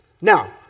Now